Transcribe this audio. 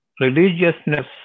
religiousness